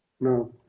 No